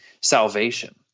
salvation